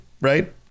right